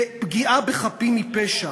ופגיעה בחפים מפשע,